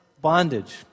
bondage